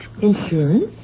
Insurance